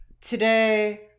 today